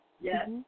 yes